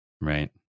right